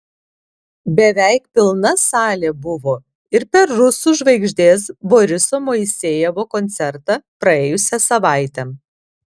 beveik pilna salė buvo ir per rusų žvaigždės boriso moisejevo koncertą praėjusią savaitę